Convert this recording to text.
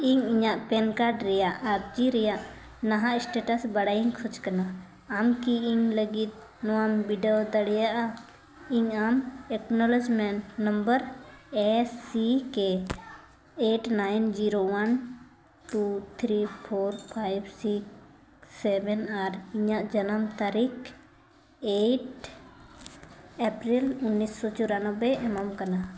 ᱤᱧ ᱤᱧᱟᱹᱜ PAN card ᱨᱮᱭᱟᱜ ᱟᱨᱡᱤ ᱨᱮᱭᱟᱜ ᱱᱟᱦᱟᱜ ᱥᱴᱮᱴᱟᱥ ᱵᱟᱲᱟᱭᱤᱧ ᱠᱷᱚᱡᱽ ᱠᱟᱱᱟ ᱟᱢ ᱠᱤ ᱤᱧ ᱞᱟᱹᱜᱤᱫ ᱱᱚᱣᱟᱢ ᱵᱤᱰᱟᱹᱣ ᱫᱟᱲᱮᱭᱟᱜᱼᱟ ᱤᱧ ᱟᱢ acknowledgement number A C K eight nine zero one two three four five six seven ᱟᱨ ᱤᱧᱟᱹᱜ ᱡᱟᱱᱟᱢ ᱛᱟᱹᱨᱤᱠᱷ ᱮᱭᱤᱴ ᱮᱯᱨᱤᱞ ᱩᱱᱤᱥᱥᱚ ᱪᱩᱨᱟ ᱱᱚᱵᱽᱵᱳᱭ ᱮᱢᱟᱢ ᱠᱟᱱᱟ